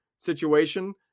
situation